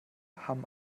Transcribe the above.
haben